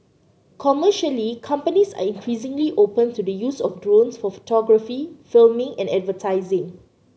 commercially companies are increasingly open to the use of drones for photography filming and advertising